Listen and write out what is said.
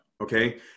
okay